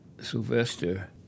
Sylvester